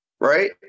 Right